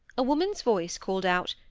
a woman's voice called out,